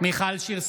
מיכל שיר סגמן,